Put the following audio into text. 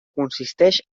consisteix